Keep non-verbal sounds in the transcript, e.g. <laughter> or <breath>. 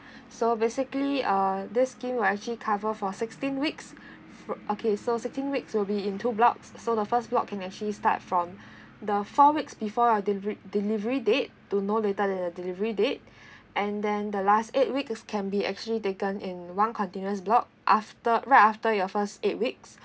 so basically uh this scheme will actually cover for sixteen weeks f~ okay so sixteen weeks will be in two blocks so the first block can actually start from <breath> the four weeks before your deli~ delivery date to no later the delivery date and then the last eight weeks can be actually taken in one continuous block after right after your first eight weeks